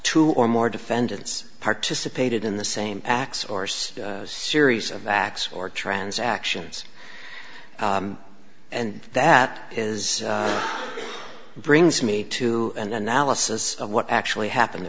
two or more defendants participated in the same acts or so series of acts or transactions and that is brings me to an analysis of what actually happened t